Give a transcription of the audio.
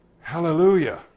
Hallelujah